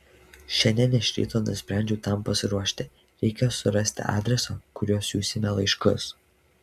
šiandien iš ryto nusprendžiau tam pasiruošti reikia surasti adresą kuriuo siųsime laiškus